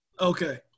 Okay